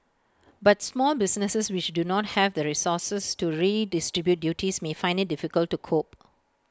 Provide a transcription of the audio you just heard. but small businesses which do not have the resources to redistribute duties may find IT difficult to cope